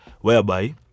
whereby